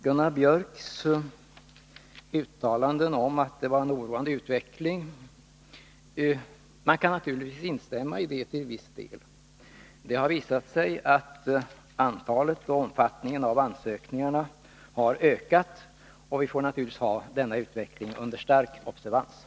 Gunnar Biörcks uttalanden om att det har varit en oroande utveckling kan jag naturligtvis till viss del instämma i. Det har visat sig att antalet ansökningar har ökat, och vi får naturligtvis noggrant följa denna utveckling.